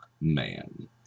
man